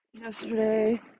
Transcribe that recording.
yesterday